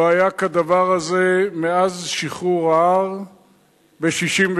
לא היה כדבר הזה מאז שחרור ההר ב-1967.